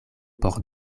por